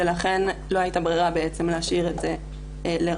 ולכן לא הייתה ברירה להשאיר את זה רשאי.